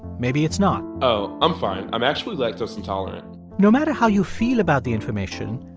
maybe it's not oh, i'm fine. i'm actually lactose intolerant no matter how you feel about the information,